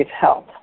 health